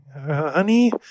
honey